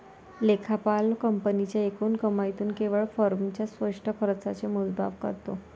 लेखापाल कंपनीच्या एकूण कमाईतून केवळ फर्मच्या स्पष्ट खर्चाचे मोजमाप करतो